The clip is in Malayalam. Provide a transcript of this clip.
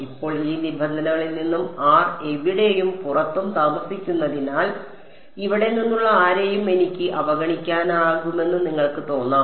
ഇപ്പോൾ ഈ നിബന്ധനകളിൽ നിന്ന് ആർ ഇവിടെയും പുറത്തും താമസിക്കുന്നതിനാൽ ഇവിടെ നിന്നുള്ള ആരെയും എനിക്ക് അവഗണിക്കാനാകുമെന്ന് നിങ്ങൾക്ക് തോന്നാം